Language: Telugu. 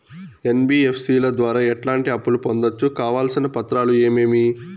ఎన్.బి.ఎఫ్.సి ల ద్వారా ఎట్లాంటి అప్పులు పొందొచ్చు? కావాల్సిన పత్రాలు ఏమేమి?